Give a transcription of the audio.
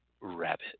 rabbit